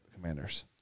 Commanders